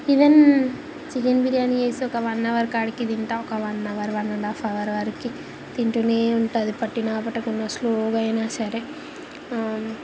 even chicken biryani చేసి ఒక one hour కాడికి తింటా ఒక one hour one and half hour కాడికి తింటూనే ఉంటుంది పొట్ట పట్టకపోయిన స్లో గా అయినా సరే